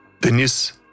Denis